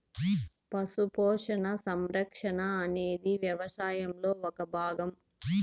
పశు పోషణ, సంరక్షణ అనేది వ్యవసాయంలో ఒక భాగం